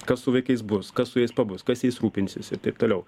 kas su vaikais bus kas su jais pabus kas jais rūpinsis ir taip toliau